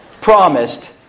promised